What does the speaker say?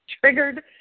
triggered